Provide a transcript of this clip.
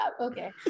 okay